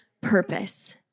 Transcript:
purpose